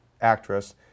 actress